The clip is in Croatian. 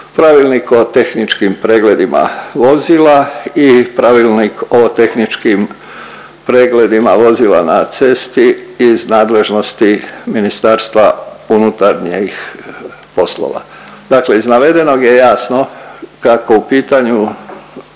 Pravilnik o tehničkim pregledima vozila i Pravilnik o tehničkim pregledima vozila na cesti iz nadležnosti MUP-a. Dakle, iz navedenog je jasno kako u pitanju